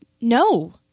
no